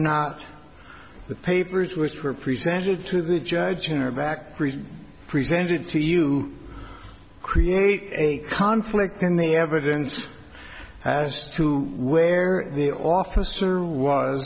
not the papers which were presented to the judge in or back presented to you create a conflict in the evidence as to where the officer was